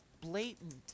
blatant